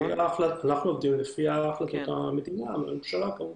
אנחנו עובדים לפי החלטות המדינה, הממשלה כמובן.